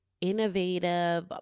innovative